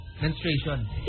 menstruation